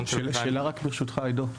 שאלה רק, ברשותך עידו.